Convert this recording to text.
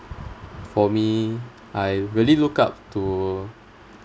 for me I really look up to